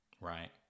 Right